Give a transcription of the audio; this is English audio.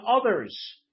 others